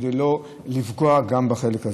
כדי לא לפגוע גם בחלק הזה.